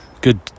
good